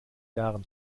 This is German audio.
jahren